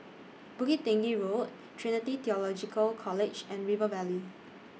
Bukit Tinggi Road Trinity Theological College and River Valley